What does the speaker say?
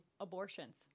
abortions